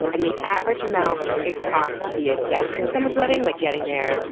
and the average amount it costs to be a guest in someone's wedding like getting there,